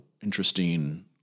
interesting